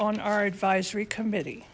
on our advisory committee